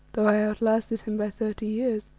though i outlasted him by thirty years,